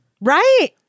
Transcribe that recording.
right